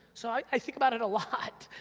so, i i think about it a lot.